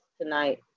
tonight